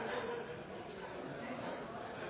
forteller